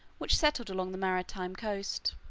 which settled along the maritime coast.